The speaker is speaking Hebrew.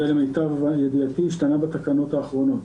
למיטב ידיעתי זה השתנה בתקנות האחרונות.